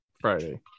Friday